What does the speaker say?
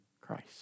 Christ